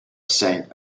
saint